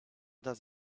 does